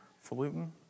Falutin